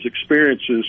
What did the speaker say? experiences